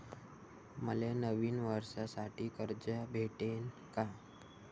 मले नवीन वर्षासाठी कर्ज भेटन का?